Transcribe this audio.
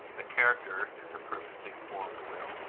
a character is a perfectly formed will.